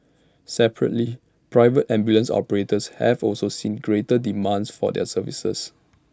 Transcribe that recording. separately private ambulance operators have also seen greater demand for their services